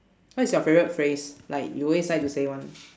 what is your favorite phrase like you always like to say [one]